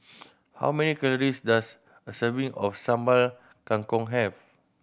how many calories does a serving of Sambal Kangkong have